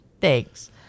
Thanks